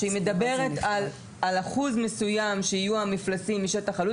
היא מדברת על אחוז מסוים שיהיו המפלסים משטח הלול,